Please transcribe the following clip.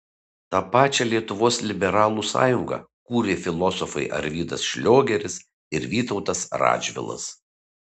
tą pačią lietuvos liberalų sąjungą kūrė filosofai arvydas šliogeris ir vytautas radžvilas